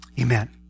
Amen